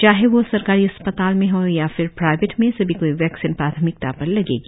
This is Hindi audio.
चाहे वो सरकारी अस्पताल में हो या फिर प्राइवेट में सभी को ये वैक्सीन प्राथमिकता पर लगेगी